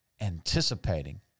anticipating